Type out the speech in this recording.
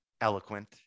eloquent